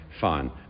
fine